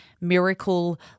miracle